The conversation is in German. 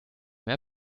mehr